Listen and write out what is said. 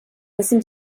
listen